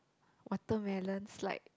watermelon slide